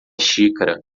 xícara